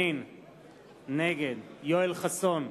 בעד דב חנין,